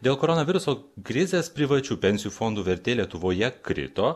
dėl koronaviruso krizės privačių pensijų fondų vertė lietuvoje krito